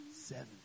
Seven